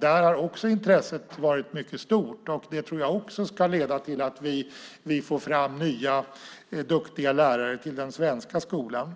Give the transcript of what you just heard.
Där har intresset också varit mycket stort. Det tror jag också ska leda till att vi får fram nya duktiga lärare till den svenska skolan.